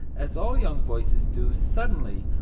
as all young voices do, suddenly,